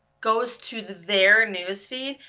goes to their news feed,